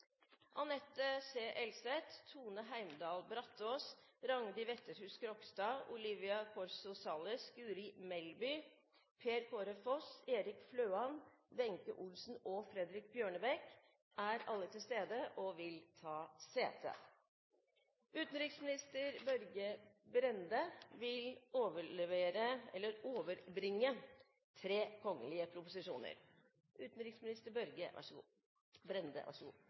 Anette C. Elseth, Tone Heimdal Brataas, Rangdi Wetterhus Krogstad, Olivia Corso Salles, Guri Melby, Per Kåre Foss, Erik Fløan, Wenche Olsen og Fredrik Bjørnebekk er til stede og vil ta sete. Representanten Per Olaf Lundteigen vil